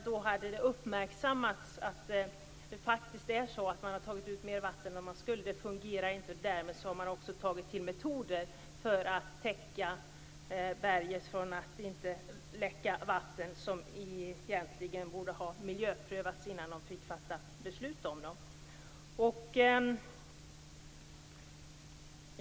Då hade det uppmärksammats att man tagit ut mer vatten än man skulle och att det inte fungerar. Därmed har man också tagit till metoder för att täcka berget så att det inte läcker vatten. Detta borde man egentligen ha miljöprövat innan man fattade beslut.